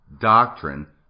doctrine